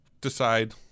decide